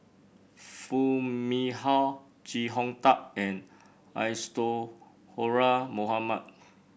Foo Mee Har Chee Hong Tat and Isadhora Mohamed